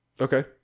Okay